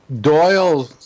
Doyle